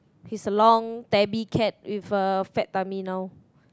he's a long tabby cat with a fat tummy now